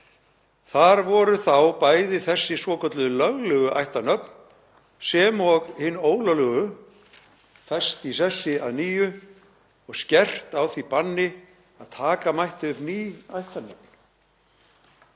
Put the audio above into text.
Þar voru þá bæði þessi svokölluðu löglegu ættarnöfn sem og hin ólöglegu fest í sessi að nýju og skerpt á því banni að taka mætti upp ný ættarnöfn.